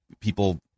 people